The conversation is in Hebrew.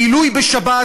בילוי בשבת,